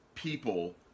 people